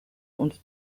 und